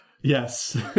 Yes